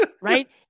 Right